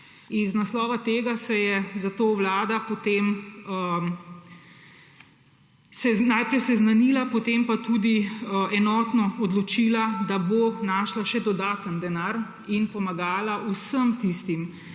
naslova se je vlada najprej seznanila potem pa tudi enotno odločila, da bo našla še dodaten denar in pomagala vsem tistim